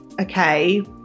okay